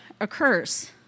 occurs